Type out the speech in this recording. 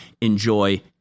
enjoy